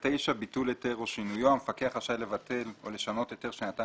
29.ביטול היתר או שינויו המפקח רשאי לבטל או לשנות היתר שנתן